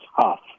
tough